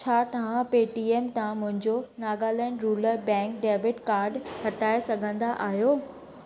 छा तव्हां पेटीएम तां मुंहिंजो Nagaland rural bank debit card हटाए सघंदा आहियो